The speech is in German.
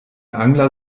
angler